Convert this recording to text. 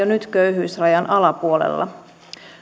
nyt köyhyysrajan alapuolella